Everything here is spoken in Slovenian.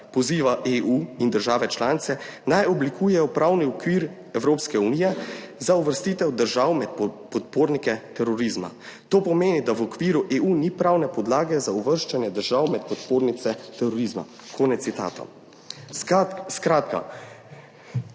poziva EU in države članice, naj oblikujejo pravni okvir Evropske unije za uvrstitev držav med podpornike terorizma, to pomeni, da v okviru EU ni pravne podlage za uvrščanje držav med podpornice terorizma.«